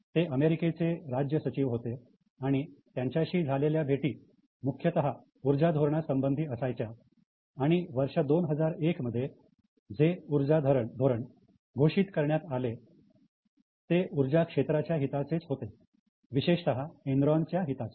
ते अमेरिकेचे राज्य सचिव होते आणि त्यांच्याशी झालेल्या भेटी मुख्यतः ऊर्जा धोरणा संबंधी असायच्या आणि वर्ष 2001 मध्ये जे ऊर्जा धोरण घोषित करण्यात आले ते ऊर्जा क्षेत्राच्या हिताचे होते विशेषतः एनरॉनच्या हिताचे